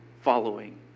following